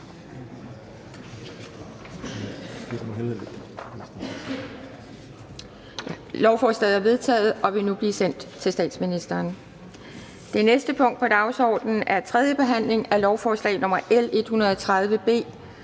Lovforslaget er vedtaget og vil nu blive sendt til statsministeren. --- Det næste punkt på dagsordenen er: 3) 3. behandling af lovforslag nr. L 130 A: